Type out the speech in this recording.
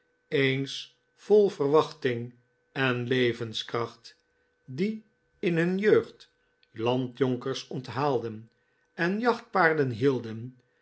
eens vol verwachting en levenskracht die in hun jeugd landjonkers onthaalden en jachtpaarden hielden